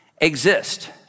exist